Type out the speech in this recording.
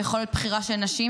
ביכולת בחירה של נשים,